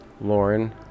Lauren